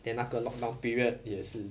then 那个 lockdown period 也是